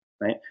right